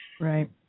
Right